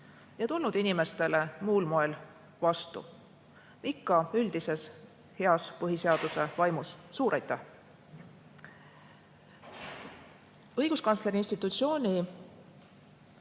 ja tulnud inimestele muul moel vastu, ikka üldises heas põhiseaduse vaimus. Suur aitäh! Õiguskantsleri institutsiooni